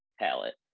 palette